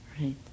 right